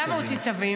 למה הוא הוציא צווים?